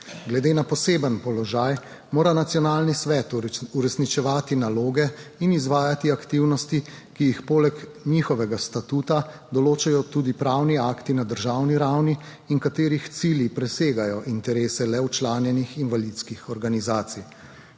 Glede na poseben položaj mora nacionalni svet uresničevati naloge in izvajati aktivnosti, ki jih poleg njihovega statuta določajo tudi pravni akti na državni ravni in katerih cilji presegajo interese le včlanjenih invalidskih organizacij.